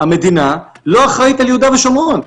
המדינה לא אחראית על יהודה ושומרון.